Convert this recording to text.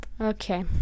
okay